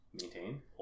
Maintain